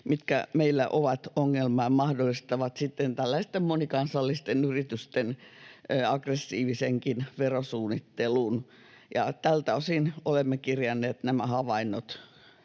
mitkä meillä ovat ongelma ja mahdollistavat sitten tällaisten monikansallisten yritysten aggressiivisenkin verosuunnittelun. Tältä osin olemme kirjanneet nämä havainnot